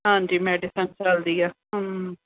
ਹਾਂਜੀ ਮੈਡੀਸਨ ਚੱਲਦੀ ਆ